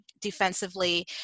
defensively